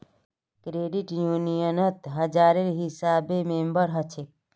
credit यूनियनत हजारेर हिसाबे मेम्बर हछेक